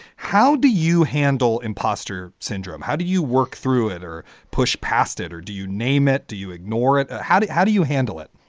how do you handle imposter syndrome? how do you work through it or push past it? or do you name it? do you ignore it? how do you how do you handle it?